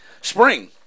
Spring